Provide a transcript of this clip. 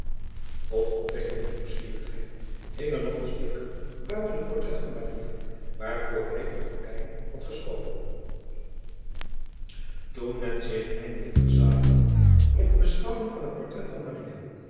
ot opwekking der nieuwsgierigheid hing er nog een stuk buiten t portrait van waarvoor hij een gordijn had geschoven oen men zich eindelijk verzadigd had met de beschouwing van het portrait van